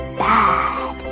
bad